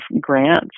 grants